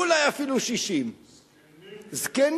אולי אפילו 60. זקנים.